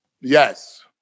Yes